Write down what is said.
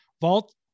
Vault